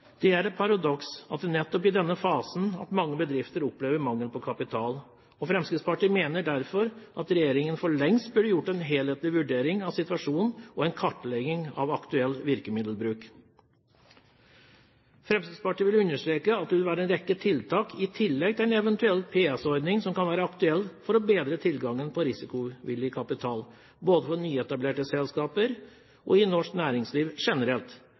Det er et paradoks at det nettopp er i denne fasen at mange bedrifter opplever mangel på kapital. Fremskrittspartiet mener derfor at regjeringen for lengst burde ha gjort en helhetlig vurdering av situasjonen og kartlagt aktuell virkemiddelbruk. Fremskrittspartiet vil understreke at det vil være en rekke tiltak i tillegg til en eventuell PS-ordning, som kan være aktuelle for å bedre tilgangen på risikovillig kapital, både for nyetablerte selskaper og i norsk næringsliv generelt,